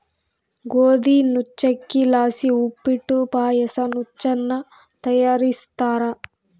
ಗೋದಿ ನುಚ್ಚಕ್ಕಿಲಾಸಿ ಉಪ್ಪಿಟ್ಟು ಪಾಯಸ ನುಚ್ಚನ್ನ ತಯಾರಿಸ್ತಾರ